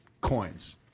coins